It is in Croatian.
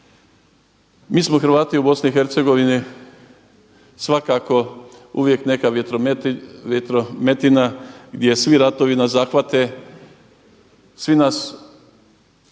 Mi smo Hrvati u BiH svakako uvijek neka vjetrometina gdje svi ratovi nas zahvate, svi nas